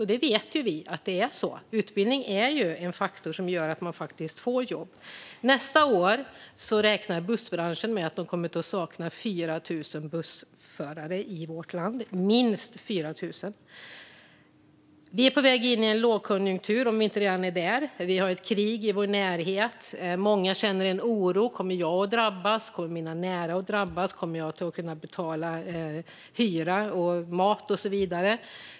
Och vi vet ju att det är så. Utbildning är en faktor som gör att man faktiskt får jobb. Bussbranschen räknar med att man nästa år kommer att sakna minst 4 000 bussförare i vårt land. Vi är på väg in i en lågkonjunktur, om vi inte redan är där. Vi har ett krig i vår närhet. Många känner en oro. Kommer jag att drabbas? Kommer mina nära att drabbas? Kommer jag att kunna betala hyra, mat och så vidare?